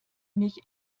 mich